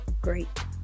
Great